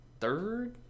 third